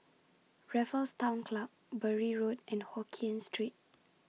Raffles Town Club Bury Road and Hokien Street